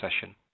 session